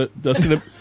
Dustin